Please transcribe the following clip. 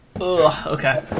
Okay